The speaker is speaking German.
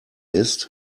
ist